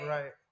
Right